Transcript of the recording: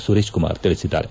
ಸುರೇಶ್ ಕುಮಾರ್ ತಿಳಿಸಿದ್ದಾರೆ